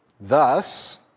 thus